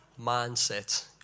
mindset